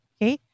Okay